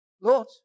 Lord